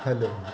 hello